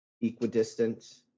equidistant